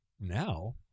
Now